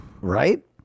Right